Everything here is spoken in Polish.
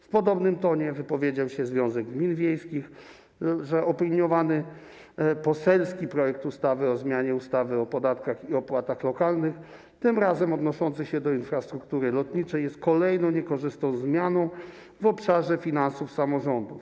W podobnym tonie wypowiedział się Związek Gmin Wiejskich RP, który uznał, że opiniowany poselski projekt ustawy o zmianie ustawy o podatkach i opłatach lokalnych, tym razem odnoszący się do infrastruktury lotniczej, jest kolejną niekorzystną zmianą w obszarze finansów samorządów.